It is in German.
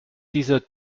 dieser